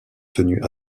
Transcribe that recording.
tenue